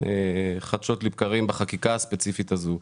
חדשות לבקרים בחקיקה הספציפית הזאת.